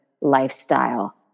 lifestyle